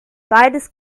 beides